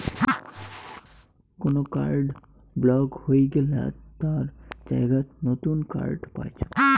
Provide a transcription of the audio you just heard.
কোন card block হই গেলাত তার জায়গাত নতুন কার্ড পাইচুঙ